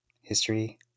history